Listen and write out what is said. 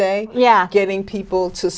day yeah getting people t